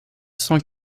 cent